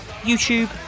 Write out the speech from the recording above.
YouTube